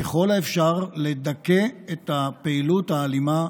ככל האפשר לדכא את הפעילות האלימה,